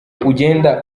ugenda